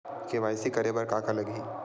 KYC करे बर का का लगही?